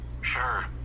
sure